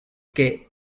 que